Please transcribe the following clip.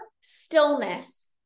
stillness